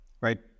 Right